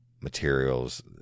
materials